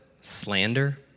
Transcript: slander